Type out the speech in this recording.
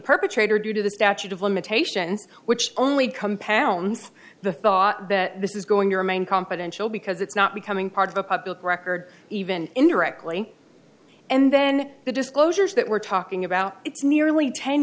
perpetrator due to the statute of limitations which only compounds the thought that this is going to remain confidential because it's not becoming part of the public record even indirectly and then the disclosures that we're talking about it's nearly ten